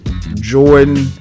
Jordan